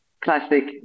classic